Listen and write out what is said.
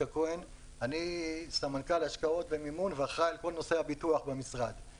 אני סמנכ"ל השקעות ומימון ואחראי על כל נושא הביטוח במשרד החקלאות.